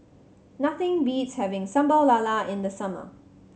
nothing beats having Sambal Lala in the summer